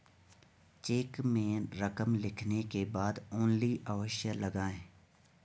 check में रकम लिखने के बाद ओन्ली अवश्य लगाएँ